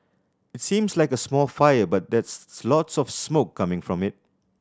it seems like a small fire but there's lots of smoke coming from it